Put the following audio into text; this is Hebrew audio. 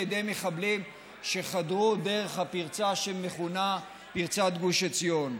ידי מחבלים שחדרו דרך הפרצה שמכונה פרצת גוש עציון.